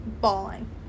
bawling